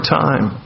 time